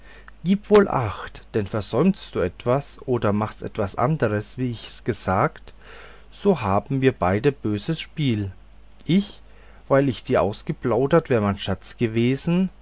gib wohl acht denn versäumst du etwas oder machst es anders wie ich's gesagt so haben wir beide böses spiel ich weil ich dir ausgeplaudert wer mein schatz gewesen